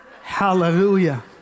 Hallelujah